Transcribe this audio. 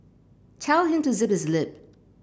tell him to zip his lip